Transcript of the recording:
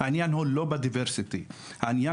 אדוני